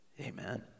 Amen